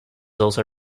also